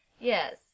Yes